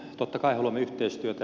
totta kai haluamme yhteistyötä